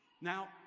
Now